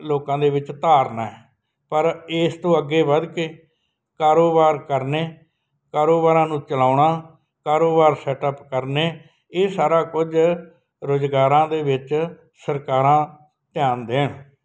ਲੋਕਾਂ ਦੇ ਵਿੱਚ ਧਾਰਨਾ ਹੈ ਪਰ ਇਸ ਤੋਂ ਅੱਗੇ ਵੱਧ ਕੇ ਕਾਰੋਬਾਰ ਕਰਨੇ ਕਾਰੋਬਾਰਾਂ ਨੂੰ ਚਲਾਉਣਾ ਕਾਰੋਬਾਰ ਸੈਟ ਅਪ ਕਰਨੇ ਇਹ ਸਾਰਾ ਕੁਝ ਰੁਜ਼ਗਾਰਾਂ ਦੇ ਵਿੱਚ ਸਰਕਾਰਾਂ ਧਿਆਨ ਦੇਣ